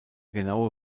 genaue